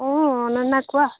অ অনন্যা কোৱা